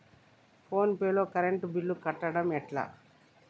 Phone pay లో current bill కట్టడం ఎట్లా?